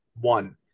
One